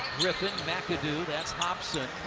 griffin, mcadoo. that's hobson,